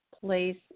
place